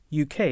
UK